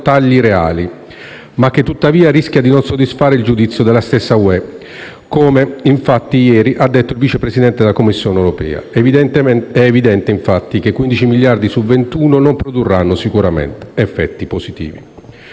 tagli reali, tuttavia essa rischia di non soddisfare il giudizio della stessa Unione europea, come ieri ha detto il Vice Presidente della Commissione europea: è evidente, infatti, che 15 miliardi su 21 non produrranno sicuramente effetti positivi.